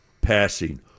passing